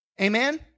Amen